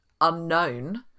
unknown